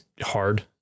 hard